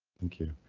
thank you,